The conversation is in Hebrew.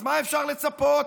אז מה אפשר לצפות?